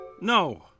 No